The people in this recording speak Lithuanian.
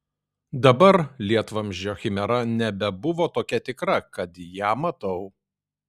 dabar lietvamzdžio chimera nebebuvo tokia tikra kad ją matau